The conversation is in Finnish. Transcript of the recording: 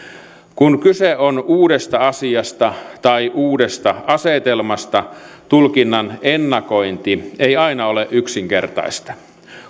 kun kyse on uudesta asiasta tai uudesta asetelmasta tulkinnan ennakointi ei aina ole yksinkertaista